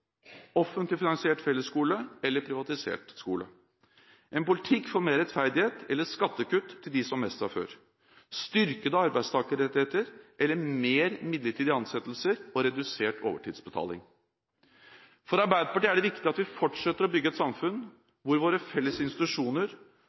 offentlig finansiert fellesskole eller privatisert skole, en politikk for mer rettferdighet eller skattekutt til dem som har mest fra før, styrkede arbeidstakerrettigheter eller mer midlertidige ansettelser og redusert overtidsbetaling. For Arbeiderpartiet er det viktig at vi fortsetter å bygge et samfunn